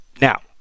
Now